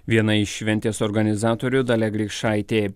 viena iš šventės organizatorių dalia grikšaitė